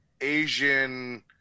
Asian